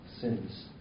sins